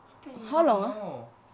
how can you not know